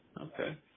okay